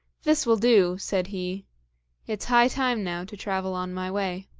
this will do, said he it's high time now to travel on my way.